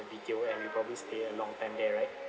in B_T_O and you'll probably stay a long time there right